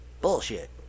Bullshit